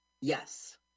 Yes